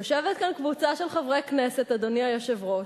יושבת כאן קבוצה של חברי הכנסת, אדוני היושב-ראש,